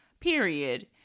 period